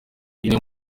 niyo